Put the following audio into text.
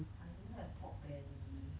I don't have pork belly